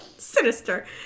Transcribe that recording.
sinister